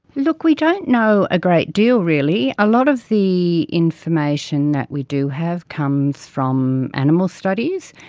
look, we don't know a great deal really. a lot of the information that we do have comes from animal studies,